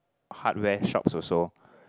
hardware shops also